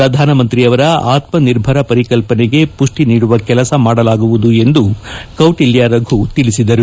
ಪ್ರಧಾನಮಂತ್ರಿಯವರ ಅತ್ಸನಿರ್ಭರ ಪರಿಕಲ್ಪನೆಗೆ ಪುಷ್ನಿ ನೀಡುವ ಕೆಲಸ ಮಾಡಲಾಗುವುದು ಎಂದು ಕೌಟಿಲ್ತ ರಘು ತಿಳಿಸಿದರು